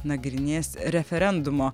nagrinės referendumo